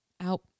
out